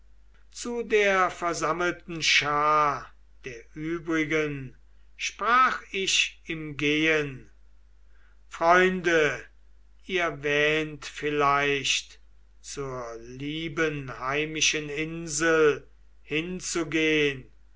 zu der versammelten schar der übrigen sprach ich im gehen freunde ihr wähnt vielleicht zur lieben heimischen insel hinzugehn